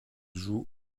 jouent